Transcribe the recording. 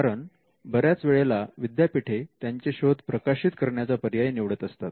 कारण बऱ्याच वेळेला विद्यापीठे त्यांचे शोध प्रकाशित करण्याचा पर्याय निवडत असतात